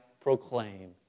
proclaim